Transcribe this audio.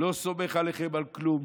לא סומך עליכם בכלום,